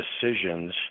decisions